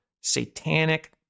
satanic